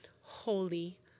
holy